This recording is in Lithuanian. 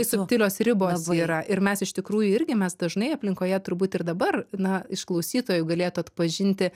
subtilios ribos yra ir mes iš tikrųjų irgi mes dažnai aplinkoje turbūt ir dabar na iš klausytojų galėtų atpažinti